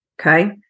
Okay